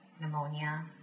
pneumonia